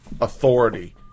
authority